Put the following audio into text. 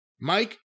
Mike